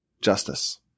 justice